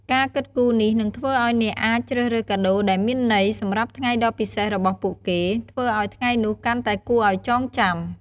ការគិតគូរនេះនឹងធ្វើឱ្យអ្នកអាចជ្រើសរើសកាដូដែលមានន័យ សម្រាប់ថ្ងៃដ៏ពិសេសរបស់ពួកគេ ធ្វើឲ្យថ្ងៃនោះកាន់តែគួរឱ្យចងចាំ។